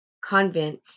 convent